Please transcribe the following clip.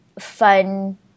fun